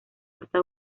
corta